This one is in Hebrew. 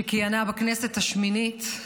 שכיהנה בכנסת השמינית.